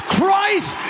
Christ